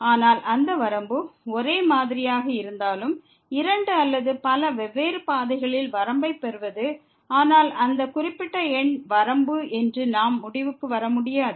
ஆனால் அந்த வரம்பு ஒரே மாதிரியாக இருந்தாலும் இரண்டு அல்லது பல வெவ்வேறு பாதைகளில் வரம்பைப் பெறுவது ஆனால் அந்த குறிப்பிட்ட எண் வரம்பு என்று நாம் முடிவுக்கு வர முடியாது